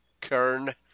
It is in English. kern